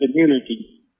community